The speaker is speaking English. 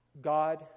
God